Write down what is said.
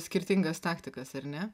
skirtingas taktikas ar ne